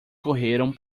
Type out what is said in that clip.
correram